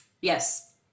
yes